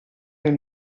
nel